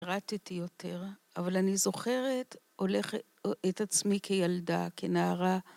פרטתי יותר, אבל אני זוכרת, הולכת את עצמי כילדה, כנערה